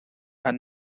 and